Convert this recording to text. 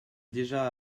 déjà